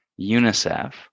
UNICEF